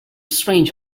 strange